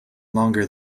longer